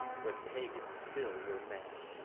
when pagans still were men.